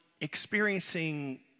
experiencing